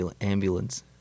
ambulance